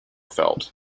felt